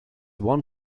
one